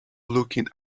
looking